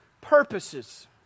purposes